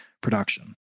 production